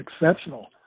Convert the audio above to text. exceptional